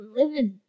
living